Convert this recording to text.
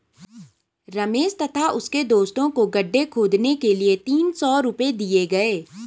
रमेश तथा उसके दोस्तों को गड्ढे खोदने के लिए तीन सौ रूपये दिए गए